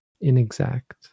inexact